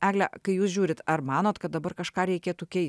egle kai jūs žiūrit ar manot kad dabar kažką reikėtų keist